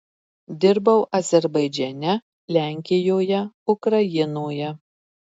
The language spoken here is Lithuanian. dirbau azerbaidžane lenkijoje ukrainoje